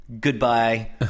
Goodbye